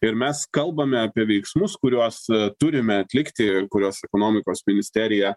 ir mes kalbame apie veiksmus kuriuos turime atlikti kuriuos ekonomikos ministerija